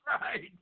right